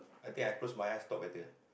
I think I close my eyes talk better